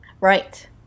Right